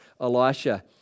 Elisha